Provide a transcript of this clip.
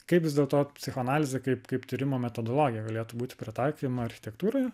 kaip vis dėlto psichoanalizė kaip kaip tyrimo metodologija galėtų būti pritaikoma architektūroje